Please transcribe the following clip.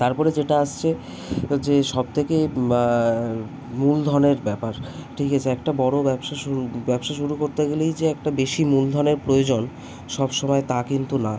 তারপরে যেটা আসছে যে সব থেকে বা মূলধনের ব্যাপার ঠিক আছে একটা বড়ো ব্যবসা শুরু ব্যবসা শুরু করতে গেলেই যে একটা বেশি মূলধনের প্রয়োজন সব সময় তা কিন্তু না